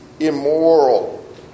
Immoral